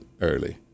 early